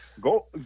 Go